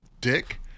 dick